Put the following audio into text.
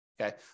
Okay